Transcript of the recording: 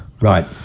Right